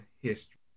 history